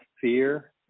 fear